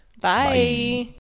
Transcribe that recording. Bye